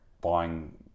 buying